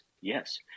Yes